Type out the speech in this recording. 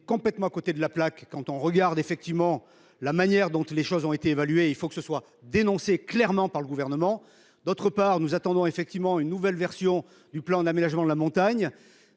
complètement à côté de la plaque si l’on regarde la manière dont les choses ont été évaluées. Il faut que cela soit dénoncé clairement par le Gouvernement. Par ailleurs, nous attendons une nouvelle version du plan d’aménagement de la montagne,